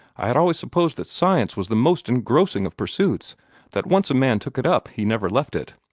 i had always supposed that science was the most engrossing of pursuits that once a man took it up he never left it.